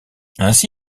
ainsi